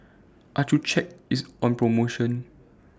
Accucheck IS on promotion